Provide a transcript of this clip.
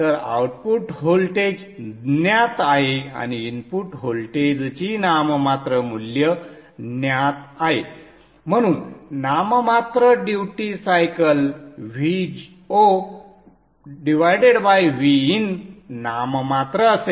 तर output voltage ज्ञात आहे आणि इनपुट व्होल्टेजची नाममात्र मूल्य ज्ञात आहे म्हणून नाममात्र ड्युटी सायकल VoVin नाममात्र असेल